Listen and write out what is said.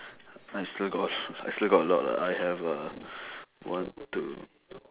I still got I still got a lot lah I have uh one two